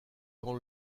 camp